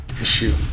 issue